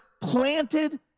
planted